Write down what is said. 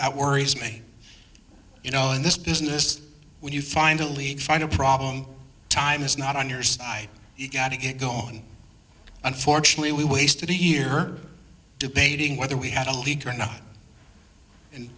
that worries me you know in this business when you finally find a problem time is not on your side you've got to go on unfortunately we wasted a year debating whether we had a leak or not and